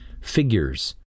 Figures